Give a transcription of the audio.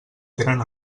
tenen